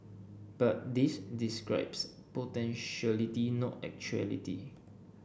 but this describes potentiality not actuality